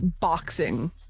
boxing